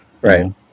Right